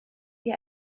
ihr